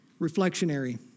reflectionary